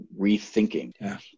rethinking